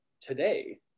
today